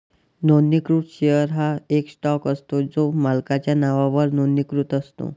नोंदणीकृत शेअर हा एक स्टॉक असतो जो मालकाच्या नावावर नोंदणीकृत असतो